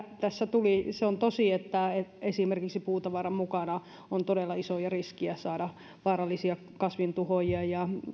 tässä tuli se on tosi että esimerkiksi puutavaran mukana on todella isoja riskejä saada vaarallisia kasvintuhoojia